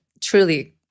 truly